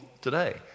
today